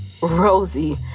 Rosie